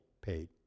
paid